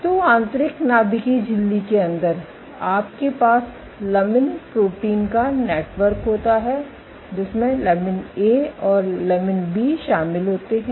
तो आंतरिक नाभिक झिल्ली के अंदर आपके पास लमिन प्रोटीन का नेटवर्क होता है जिसमें लमिन ए और बी शामिल होते हैं